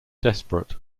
desperate